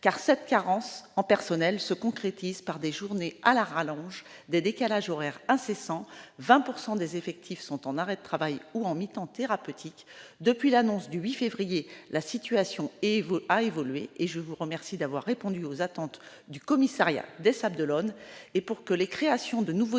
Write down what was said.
hausse. La carence en personnel se concrétise par des journées à rallonge, des décalages horaires incessants. Le taux d'effectif en arrêt de travail ou en mi-temps thérapeutique atteint 20 %! Depuis l'annonce du 8 février, la situation a évolué et je vous remercie d'avoir répondu aux attentes du commissariat des Sables-d'Olonne.